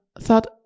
thought